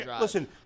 Listen